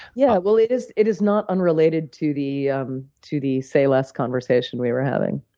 yeah, well, it is it is not unrelated to the um to the say less conversation we were having.